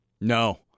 No